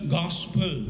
gospel